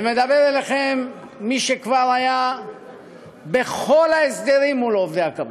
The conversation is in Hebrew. ומדבר אליכם מי שכבר היה בכל ההסדרים מול עובדי הקבלן.